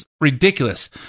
ridiculous